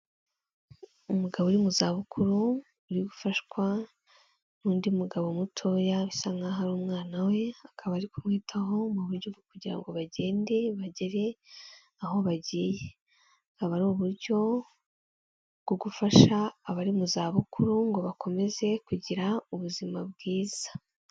Umugabo uri mu za bukuru uri gufashwa n'undi mugabo mutoya bisa nkaho ari umwana we, akaba ari kumwitaho mu buryo bwo kugira ngo bagende bagere aho bagiye. Akaba ari uburyo bwo gufasha abari mu zabukuru ngo bakomeze kugira ubuzima bwiza.